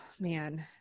man